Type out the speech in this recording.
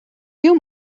you